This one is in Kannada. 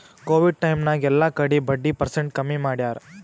ಕೋವಿಡ್ ಟೈಮ್ ನಾಗ್ ಎಲ್ಲಾ ಕಡಿ ಬಡ್ಡಿ ಪರ್ಸೆಂಟ್ ಕಮ್ಮಿ ಮಾಡ್ಯಾರ್